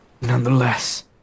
Nonetheless